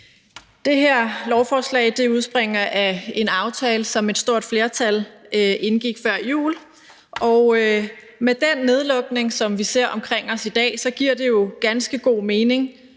Det her lovforslag udspringer af en aftale, som et stort flertal indgik før jul. Og med den nedlukning, vi ser omkring os i dag, giver det jo ganske god mening,